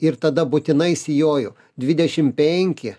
ir tada būtinai sijoju dvidešim penki